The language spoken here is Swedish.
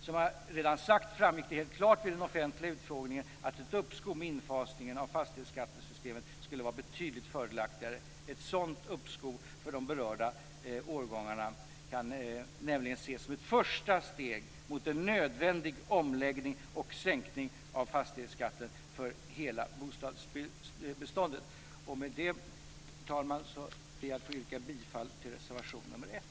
Som jag redan har sagt framgick det helt klart vid den offentliga utfrågningen att ett uppskov med infasningen av fastighetsskattesystemet skulle var betydligt fördelaktigare. Ett sådant uppskov för de berörda årgångarna kan nämligen ses som ett första steg mot en nödvändig omläggning och sänkning av fastighetsskatten för hela bostadsbeståndet. Herr talman! Med detta ber jag att få yrka bifall till reservation nr 1.